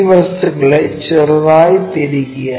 ഈ വസ്തുക്കളെ ചെറുതായി തിരിക്കുക